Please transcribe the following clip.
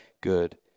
good